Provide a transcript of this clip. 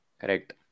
Correct